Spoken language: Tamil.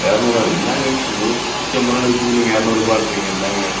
இரநூறுவாயா என்னாங்க நூறு நூற்றி ஐம்பதுரூவான்னு விற்கிது நீங்கள் இரநூறுபான்றிங்க என்னாங்க